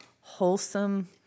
wholesome